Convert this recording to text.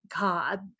God